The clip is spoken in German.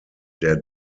der